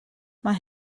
mae